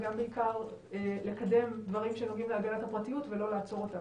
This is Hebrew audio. ובעיקר לקדם דברים שנוגעים להגנת הפרטיות ולא לעצור אותם.